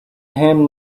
him